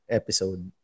episode